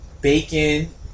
Bacon